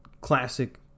classic